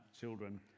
children